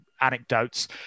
anecdotes